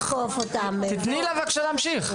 תני לה בבקשה להמשיך.